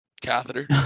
catheter